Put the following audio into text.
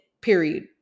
period